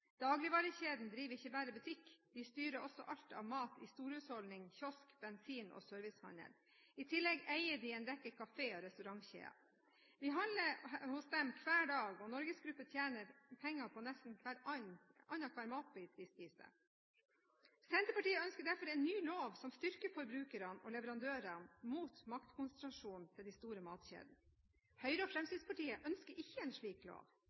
Dagligvarekjedene driver ikke bare butikk, de styrer også alt av mat i storhusholdning og kiosk-, bensin- og servicehandel. I tillegg eier de en rekke kafeer og restaurantkjeder. Vi handler hos dem hver dag, og NorgesGruppen tjener penger på nesten annenhver matbit vi spiser. Senterpartiet ønsker derfor en ny lov som styrker forbrukere og leverandører mot maktkonsentrasjonen til de store matkjedene. Høyre og Fremskrittspartiet ønsker ikke en slik lov.